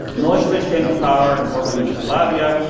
milosevic came to power in former yugoslavia.